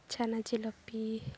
ᱪᱷᱟᱱᱟ ᱡᱤᱞᱟᱹᱯᱤ